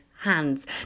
hands